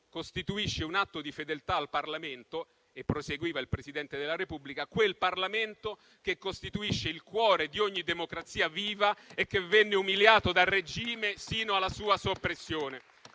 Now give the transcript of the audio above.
costituisce un atto di fedeltà al Parlamento. Proseguiva il Presidente della Repubblica: «Quel Parlamento che costituisce il cuore di ogni democrazia viva e che venne umiliato dal regime, sino alla sua soppressione».